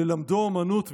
ללמדו אומנות,